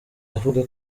avuga